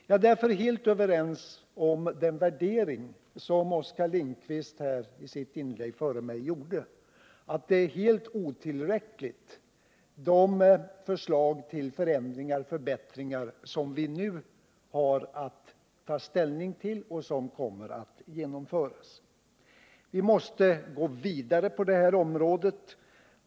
Jag är därför helt överens med Oskar Lindkvist om den värdering som han gjorde i sitt inlägg här före mig, att det är helt otillräckligt med de förslag till förändringar och förbättringar som vi nu har att ta ställning till och som kommer att genomföras. Vi måste gå vidare på detta område.